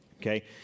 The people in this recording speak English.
okay